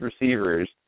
receivers